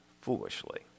foolishly